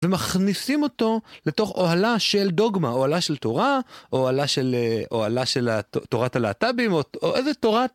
ומכניסים אותו לתוך אוהלה של דוגמה, אוהלה של תורה, אוהלה של תורת הלאט"בים, או איזה תורה.